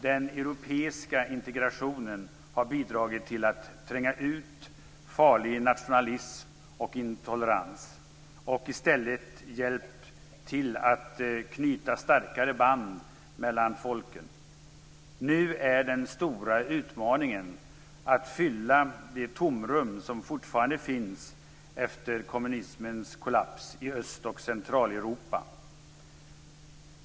Den europeiska integrationen har bidragit till att tränga ut farlig nationalism och intolerans och har i stället hjälpt till att knyta starkare band mellan folken. Nu är den stora utmaningen att fylla det tomrum som fortfarande finns efter kommunismens kollaps i Öst och Centraleuropa.